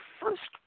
first